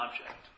object